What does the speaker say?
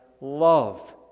love